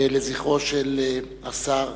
לזכרו של השר